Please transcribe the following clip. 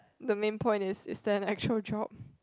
the main point is is there an actual job